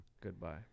Goodbye